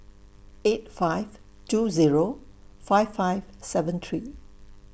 eight five two Zero five five seven three